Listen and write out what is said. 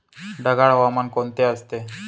ढगाळ हवामान कोणते असते?